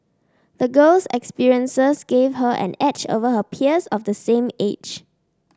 the girl's experiences gave her an edge over her peers of the same age